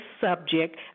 subject